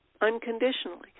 unconditionally